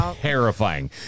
terrifying